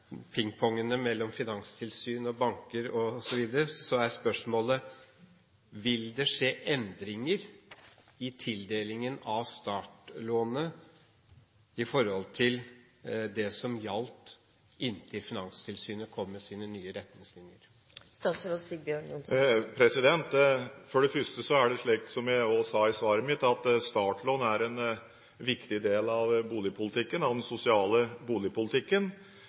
tildelingen av startlånet i forhold til det som gjaldt inntil Finanstilsynet kom med sine nye retningslinjer? For det første er det slik, som jeg også sa i svaret mitt, at startlån er en viktig del av den sosiale boligpolitikken,